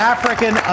African